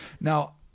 Now